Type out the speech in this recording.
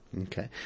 Okay